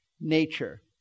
nature